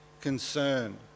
concern